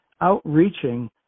outreaching